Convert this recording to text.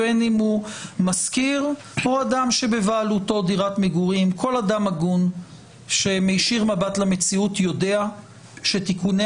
כל אדם הגון שמישיר מבט למציאות יודע שתיקוני